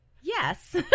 Yes